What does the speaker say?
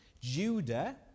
Judah